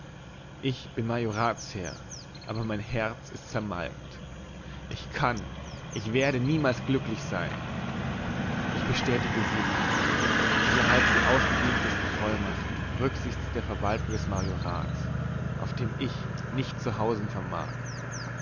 ich bin majoratsherr aber mein herz ist zermalmt ich kann ich werde niemals glücklich sein ich bestätige sie im amte sie erhalten die ausgedehntesten vollmachten rücksichts der verwaltung des majorats auf dem ich nicht zu hausen vermag